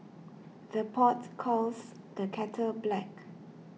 the pot calls the kettle black